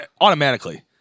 automatically